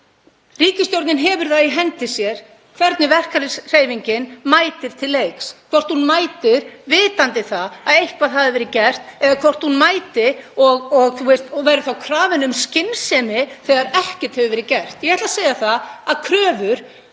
Ríkisstjórnin hefur það í hendi sér hvernig verkalýðshreyfingin mætir til leiks, hvort hún mætir vitandi það að eitthvað hafi verið gert eða hvort hún mætir og verði þá krafin um skynsemi ef ekkert hefur verið gert. Ég ætla að segja það að kröfur